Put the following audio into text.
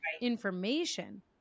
information